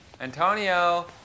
Antonio